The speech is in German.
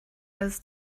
als